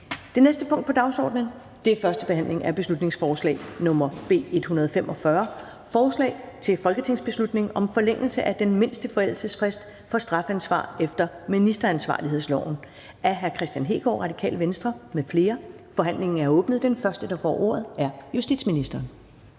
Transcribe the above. Det næste punkt på dagsordenen er: 2) 1. behandling af beslutningsforslag nr. B 145: Forslag til folketingsbeslutning om forlængelse af den mindste forældelsesfrist for strafansvar efter ministeransvarlighedsloven. Af Kristian Hegaard (RV) m.fl. (Fremsættelse 04.02.2021). Kl. 10:02 Forhandling Første næstformand (Karen